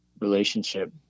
relationship